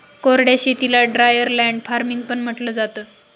कोरड्या शेतीला dryer land farming पण म्हंटलं जातं